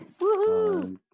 Woohoo